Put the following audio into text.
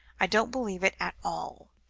i don't believe it at all.